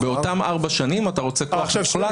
אנחנו שוכחים פה שהרשות הזאת,